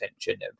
attention